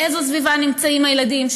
באיזו סביבה נמצאים הילדים,